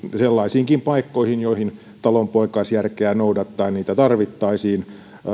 sellaisiinkin paikkoihin joihin talonpoikaisjärkeä noudattaen niitä tarvittaisiin